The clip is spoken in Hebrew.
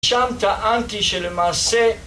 שם את האנטי שלמעשה